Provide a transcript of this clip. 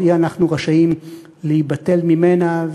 אבל אי אנחנו רשאים להיבטל ממנה,